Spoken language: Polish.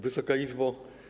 Wysoka Izbo!